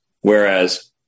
Whereas